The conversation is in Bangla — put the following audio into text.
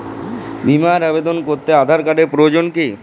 বিমার আবেদন করতে আধার কার্ডের প্রয়োজন কি?